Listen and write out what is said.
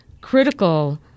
critical